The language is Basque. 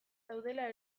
daudela